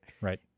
Right